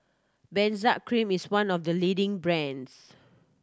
Benzac Cream is one of the leading brands